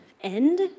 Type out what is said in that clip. end